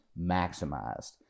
maximized